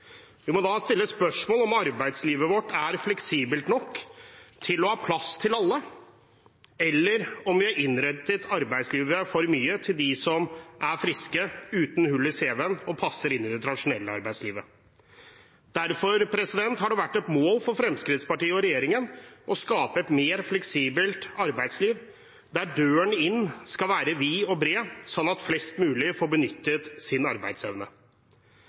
Vi må da stille spørsmål om arbeidslivet vårt er fleksibelt nok til å ha plass til alle, eller om vi har innrettet arbeidslivet for mye etter dem som er friske, ikke har hull i cv-en og passer inn i det tradisjonelle arbeidslivet. Derfor har det vært et mål for Fremskrittspartiet og regjeringen å skape et mer fleksibelt arbeidsliv, der døren inn skal være vid og bred, sånn at flest mulig får benyttet sin arbeidsevne.